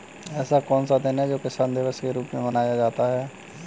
ऐसा कौन सा दिन है जो किसान दिवस के रूप में मनाया जाता है?